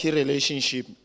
relationship